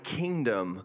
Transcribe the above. kingdom